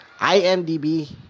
IMDB